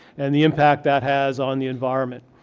and the impact that has on the environment.